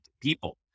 people